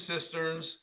cisterns